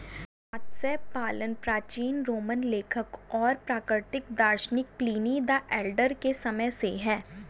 मत्स्य पालन प्राचीन रोमन लेखक और प्राकृतिक दार्शनिक प्लिनी द एल्डर के समय से है